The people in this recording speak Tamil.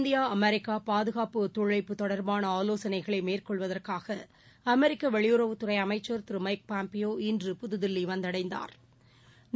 இந்தியா அமெரிக்காபாதுகாப்பு ஒத்துழைப்பு தொடர்பான ஆலோசனைகளை மேற்கொள்வதற்காக அமெரிக்கவெளியுறவுத்துறை அமைச்சர் திருமைக் பாம்பியோ இன்று புதுதில்லிவந்தடைந்தாா்